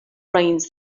brains